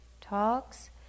talks